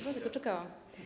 Dlatego czekałam.